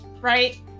Right